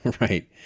Right